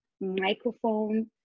microphone